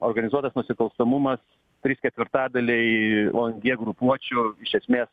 organizuotas nusikalstamumas trys ketvirtadaliai vuon gie grupuočių iš esmės